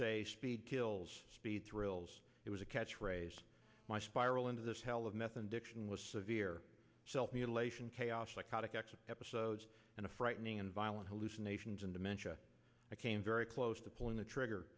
say speed kills speed thrills it was a catch phrase my spiral into this hell of meth addiction was severe self mutilation chaos psychotic exit episodes and a frightening and violent hallucinations and dementia i came very close to pulling the trigger